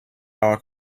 all